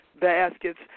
baskets